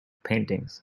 paintings